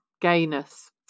Gayness